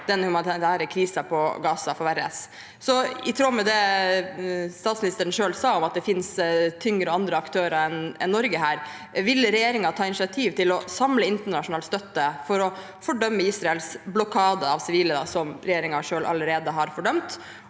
den humanitære krisen i Gaza forverres. Så i tråd med det statsministeren selv sa om at det finnes tyngre og andre aktører enn Norge her: Vil regjeringen ta initiativ til å samle internasjonal støtte for å fordømme Israels blokade av sivile, som regjeringen selv allerede har fordømt,